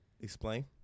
Explain